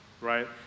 right